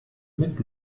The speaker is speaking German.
mit